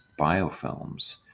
biofilms